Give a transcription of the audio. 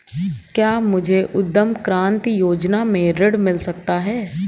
क्या मुझे उद्यम क्रांति योजना से ऋण मिल सकता है?